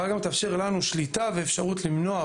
אבל גם תאפשר לנו שליטה ואפשרות למנוע,